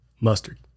mustard